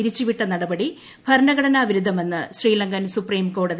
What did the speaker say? പിരിച്ചുവിട്ട നടപടി ഭരണഘടനാ വിരുദ്ധമെന്ന് ശ്രീലങ്കൻ സൂപ്രീം കോടതി